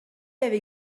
avait